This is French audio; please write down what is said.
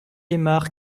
aymard